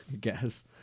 guess